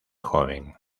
joven